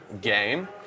game